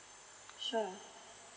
sure